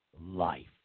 life